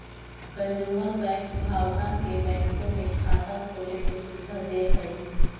consumer bank भावना के बैंकों में खाता खोले के सुविधा दे हइ